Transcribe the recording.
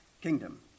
kingdom